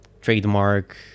trademark